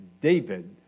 David